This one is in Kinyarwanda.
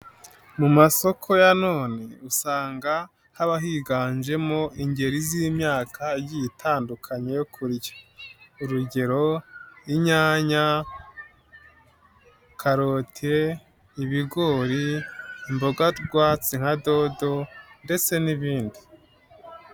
Mu masoko ya none usanga haba higanjemo ingeri z'imyaka igiye itandukanye yo kurya, urugero inyanya, karote, ibigori, imboga rwatsi nka dodo ndetse n'ibindi.